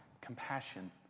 compassion